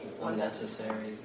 Unnecessary